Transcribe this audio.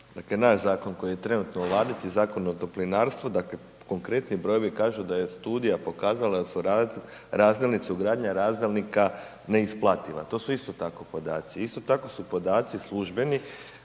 dakle naš zakon koji je trenutno u ladici, Zakon o toplinarstvu, dakle konkretni brojevi kažu da je studija pokazala da su razdjelnice, ugradnja razdjelnika neisplativa. To su isto tako podaci. Isto tako su podaci službeni